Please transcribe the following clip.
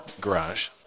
garage